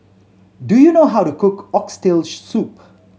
do you know how to cook Oxtail Soup